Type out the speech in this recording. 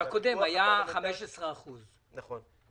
בקודם היה 15%. נכון.